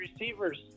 receivers